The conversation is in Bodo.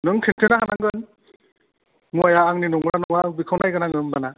नों सेरथेनो हानांगोन मुवाया आंनि नंगौना नङा बेखौ नायग्रोनांगोन होनबाना